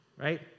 right